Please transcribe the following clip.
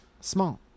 Small